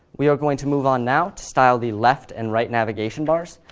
we are going to move on now to style the left and right navigation bars.